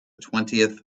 twentieth